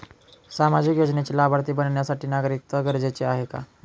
सामाजिक योजनेचे लाभार्थी बनण्यासाठी नागरिकत्व गरजेचे आहे का?